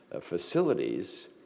facilities